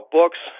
books